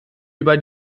über